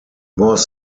was